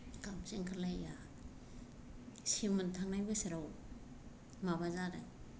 गाबनोसो ओंखारलायो आंहा सेमोन थांनाय बोसोराव माबा जादों